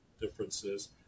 differences